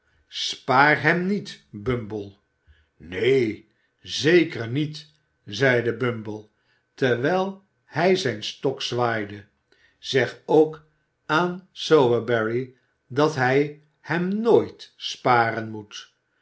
spaar hem niet bumble neen zeker niet zeide bumble terwijl hij zijn stok zwaaide zeg ook aan sowerberry dat hij hem nooit sparen moet